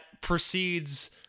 precedes